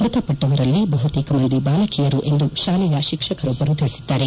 ಮ್ಯತಪಟ್ಟವರಲ್ಲಿ ಬಹುತೇಕ ಮಂದಿ ಬಾಲಕಿಯರು ಎಂದು ಶಾಲೆಯ ಶಿಕ್ಷಕರೊಬ್ಲರು ತಿಳಿಸಿದ್ದಾರೆ